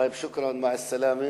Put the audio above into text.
טייב, שוכראן, מע אס-סלאמה.